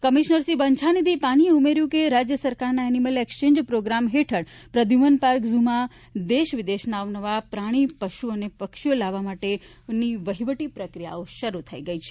commissioner Shri Banchhanidhi પાનીએ ઉમેર્યું હતું કે રાજય સરકારના એનીમલ એકસચેન્જ પ્રોગ્રામ હેઠળ પ્રદયૂમન પાર્ક સ્રમાં દેશ વિદેશના અવનવા પ્રાણી પશ્ન અને પક્ષીઓ લાવવા માટેની વહીવટી પ્રક્રિયાઓ શરૂ થઇ ચૂકી છે